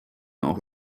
auch